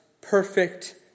perfect